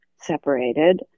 separated